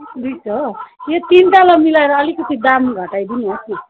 दुई सय हो यो तिनटालाई मिलाएर अलिकति दाम घटाइदिनुहोस् न